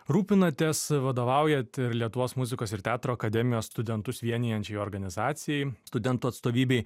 rūpinatės vadovaujat ir lietuvos muzikos ir teatro akademijos studentus vienijančiai organizacijai studentų atstovybei